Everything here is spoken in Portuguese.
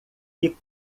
que